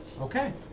Okay